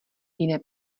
jiné